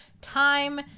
time